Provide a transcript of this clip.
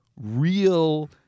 real